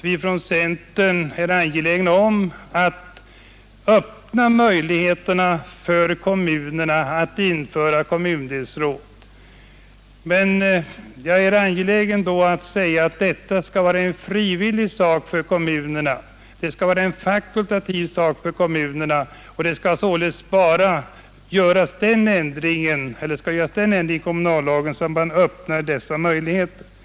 Vi från centern är angelägna om att öppna möjligheter för kommunerna att införa kommundelsråd, men det är viktigt att detta blir en frivillig sak för kommunerna. Man bör således göra den ändringen i kommunallagen att dessa möjligheter öppnas.